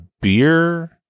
beer